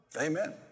Amen